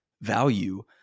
value